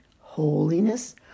holiness